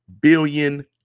billion